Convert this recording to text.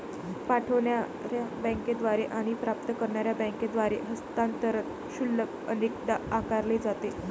पाठवणार्या बँकेद्वारे आणि प्राप्त करणार्या बँकेद्वारे हस्तांतरण शुल्क अनेकदा आकारले जाते